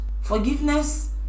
Forgiveness